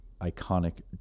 iconic